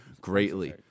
greatly